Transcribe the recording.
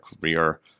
career